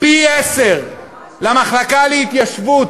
פי-עשרה למחלקה להתיישבות,